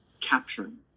capturing